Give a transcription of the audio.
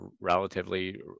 relatively